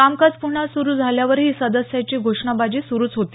कामकाज पुन्हा सुरू झाल्यावरही सदस्यांची घोषणाबाजी सुरूच होती